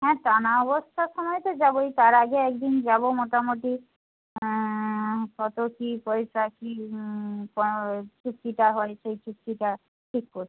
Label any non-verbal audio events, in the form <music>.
হ্যাঁ টানা অবস্থার সময় তো যাবই তার আগে এক দিন যাব মোটামুটি কত কী পয়সা কী <unintelligible> চুক্তিটা হয় সেই চুক্তিটা ঠিক <unintelligible>